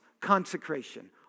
consecration